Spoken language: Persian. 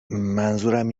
منظورم